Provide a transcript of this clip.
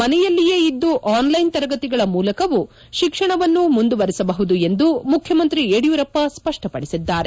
ಮನೆಯಲ್ಲಿಯೇ ಇದ್ದು ಆನ್ಲೈನ್ ತರಗತಿಗಳ ಮೂಲಕವೂ ಶಿಕ್ಷಣವನ್ನು ಮುಂದುವರಿಸಬಹುದು ಎಂದು ಮುಖ್ಯಮಂತ್ರಿ ಯಡಿಯೂರಪ್ಪ ಸ್ಪಷ್ಟಪಡಿಸಿದ್ದಾರೆ